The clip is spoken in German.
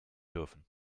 dürfen